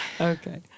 Okay